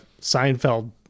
Seinfeld